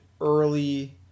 early